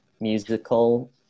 musical